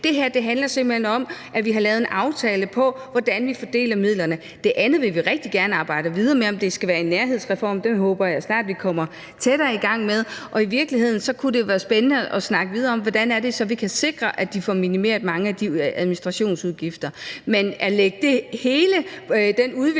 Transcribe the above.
Det her handler simpelt hen om, at vi har lavet en aftale om, hvordan vi fordeler midlerne. Det andet vil vi rigtig gerne arbejde videre med, og det skal så være i en nærhedsreform, den håber jeg snart vi er tættere på at komme i gang med, og i virkeligheden kunne det være spændende at snakke videre om, hvordan det så er, vi kan sikre, at de får minimeret mange af de administrationsudgifter.